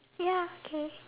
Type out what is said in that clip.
ya okay